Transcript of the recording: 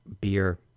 beer